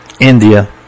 India